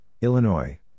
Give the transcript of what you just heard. Illinois